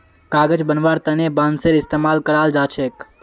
कागज बनव्वार तने बांसेर इस्तमाल कराल जा छेक